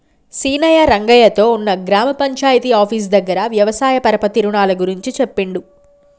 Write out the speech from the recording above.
సీనయ్య రంగయ్య తో ఉన్న గ్రామ పంచాయితీ ఆఫీసు దగ్గర వ్యవసాయ పరపతి రుణాల గురించి చెప్పిండు